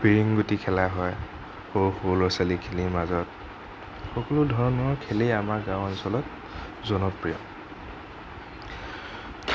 ফিৰিংগুটি খেলা হয় সৰু সৰু ল'ৰা ছোৱালীখিনিৰ মাজত সকলোধৰণৰ খেলেই আমাৰ গাওঁ অঞ্চলত জনপ্ৰিয়